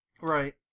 Right